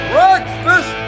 Breakfast